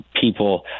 people